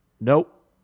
Nope